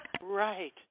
Right